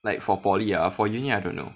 like for poly ah for uni I don't know